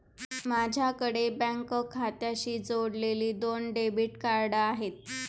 माझ्याकडे बँक खात्याशी जोडलेली दोन डेबिट कार्ड आहेत